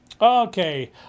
Okay